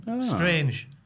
strange